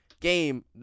game